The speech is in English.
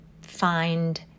find